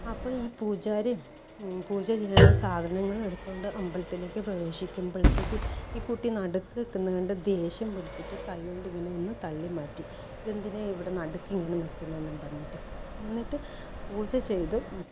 അപ്പം ഈ പൂജാരി പൂജ ചെയ്യാനുള്ള സാധങ്ങളും എടുത്തുകൊണ്ട് അമ്പലത്തിലേക്ക് പ്രവേശിക്കുമ്പോളത്തേക്ക് ഈ കുട്ടി നടുക്ക് നിൽക്കുന്ന കണ്ട് ദേഷ്യം പിടിച്ചിട്ട് കൈകൊണ്ട് ഇങ്ങനെ ഒന്ന് തള്ളി മാറ്റി ഇത് എന്തിനാ ഇവിടെ നടുക്ക് ഇങ്ങനെ നിക്കുന്നതെന്ന് പറഞ്ഞിട്ട് എന്നിട്ട് പൂജ ചെയ്ത്